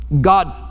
God